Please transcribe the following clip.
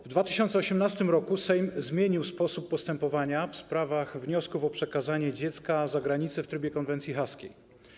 W 2018 r. Sejm zmienił sposób postępowania w sprawach wniosków o przekazanie dziecka za granicę w trybie konwencji haskiej.